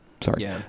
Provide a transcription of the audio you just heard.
Sorry